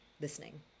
listening